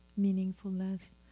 meaningfulness